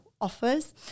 offers